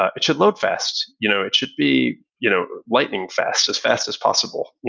ah it should load fast. you know it should be you know lighting fast, as fast as possible.